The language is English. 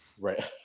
Right